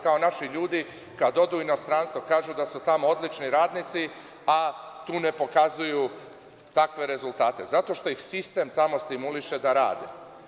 Kada naši ljudi odu u inostranstvo, kažu da su tamo odlični radnici, a tu ne pokazuju takve rezultate zato što ih sistem tamo stimuliše da rade.